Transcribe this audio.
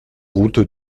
route